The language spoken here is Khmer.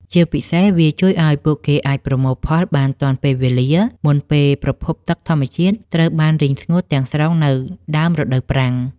ជាពិសេសវាជួយឱ្យពួកគេអាចប្រមូលផលបានទាន់ពេលវេលាមុនពេលប្រភពទឹកធម្មជាតិត្រូវបានរីងស្ងួតទាំងស្រុងនៅដើមរដូវប្រាំង។